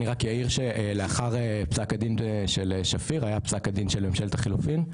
אני רק יאיר שלאחר פסק הדין של שפיר היה פסק הדין של ממשלת החילופין,